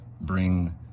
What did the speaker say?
bring